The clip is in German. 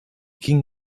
ging